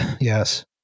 Yes